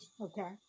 Okay